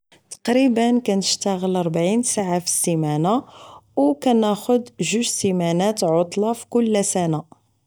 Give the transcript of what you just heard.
تقريبا كنشتاغل ربعين ساعة فالسيمانة و كناخد جوج سيمانات عطلة فكل سنة